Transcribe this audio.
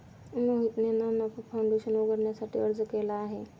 मोहितने ना नफा फाऊंडेशन उघडण्यासाठी अर्ज केला आहे